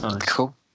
cool